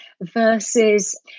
versus